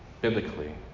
biblically